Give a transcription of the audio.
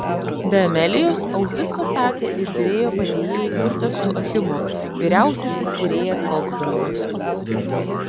be amelijos ausis pastatė ir virėjo padėjėjai kurtas su achimu vyriausiasis virėjas volfgangas